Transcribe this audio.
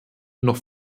noch